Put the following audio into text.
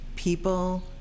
people